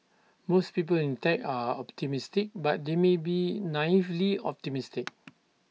most people in tech are optimistic but they may be naively optimistic